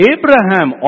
Abraham